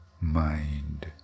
mind